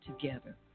together